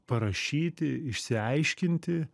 parašyti išsiaiškinti